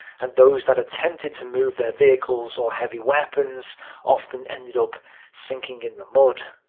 and those that attempted to move their vehicles or heavy weapons often ended up sinking in the mud.